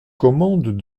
commandes